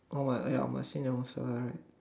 or what ya must send them also right